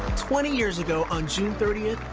twenty years ago on june thirtieth,